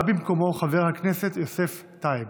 בא במקומו חבר הכנסת יוסף טייב.